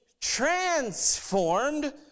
transformed